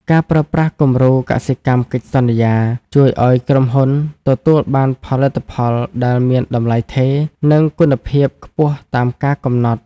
ការប្រើប្រាស់គំរូកសិកម្មកិច្ចសន្យា ជួយឱ្យក្រុមហ៊ុនទទួលបានផលិតផលដែលមានតម្លៃថេរ និងគុណភាពខ្ពស់តាមការកំណត់។